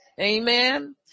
Amen